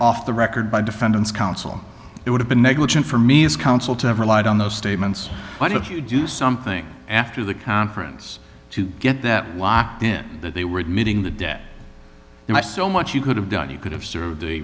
off the record by defendant's counsel it would have been negligent for me as counsel to have relied on those statements but if you do something after the conference to get that locked in that they were admitting the debt and i so much you could have done you could have served a